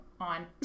on